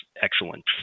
excellent